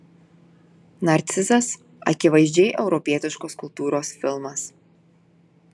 narcizas akivaizdžiai europietiškos kultūros filmas